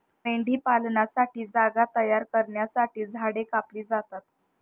मेंढीपालनासाठी जागा तयार करण्यासाठी झाडे कापली जातात